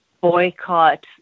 boycott